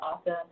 awesome